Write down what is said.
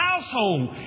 household